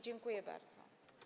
Dziękuję bardzo.